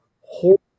Horrible